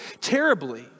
terribly